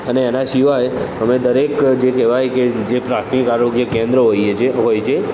અને એના સિવાય અમે દરેક જે કહેવાય કે જે પ્રાથમિક આરોગ્ય કેન્દ્ર હોઈએ છીએ હોય છે